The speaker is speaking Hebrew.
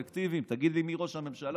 סלקטיביים: תגיד לי מי ראש הממשלה,